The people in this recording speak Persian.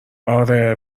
آره